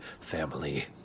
family